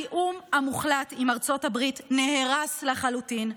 התיאום המוחלט עם ארצות הברית נהרס לחלוטין,